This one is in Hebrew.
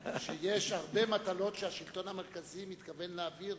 שיש הרבה מטלות שהשלטון המרכזי מתכוון להעביר